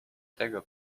tego